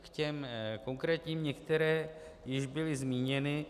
K těm konkrétním některé již byly zmíněny.